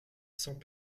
sans